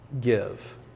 give